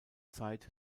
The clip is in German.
zeit